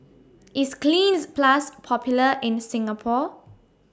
IS Cleanz Plus Popular in Singapore